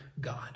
God